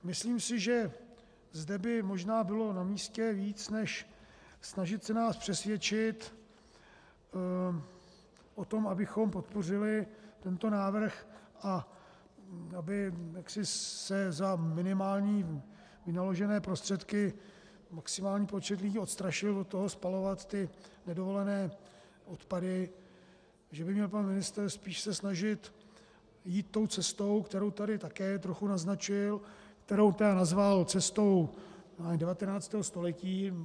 Myslím si, že zde by možná bylo namístě víc než snažit se nás přesvědčit o tom, abychom podpořili tento návrh, aby se za minimální vynaložené prostředky maximální počet lidí odstrašil od toho spalovat nedovolené odpady, že by se měl pan ministr spíš se snažit jít tou cestou, kterou tedy také trochu naznačil, kterou tedy nazval cestou 19. století.